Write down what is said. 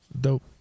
dope